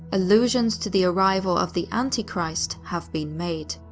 illusions to the arrival of the antichrist have been made.